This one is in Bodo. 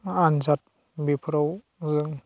आनजाद बेफोरावबो